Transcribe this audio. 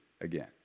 again